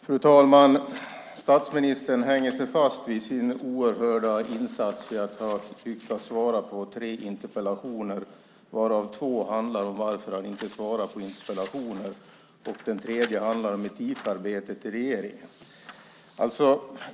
Fru talman! Statsministern hänger fast vid sin oerhörda insats i att ha lyckats svara på tre interpellationer, varav två handlar om varför han inte svarar på interpellationer och en handlar om etikarbetet i regeringen.